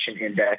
Index